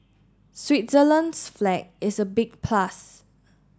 Switzerland's flag is a big plus